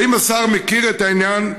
האם השר מכיר את העניין?